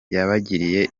yabagiriye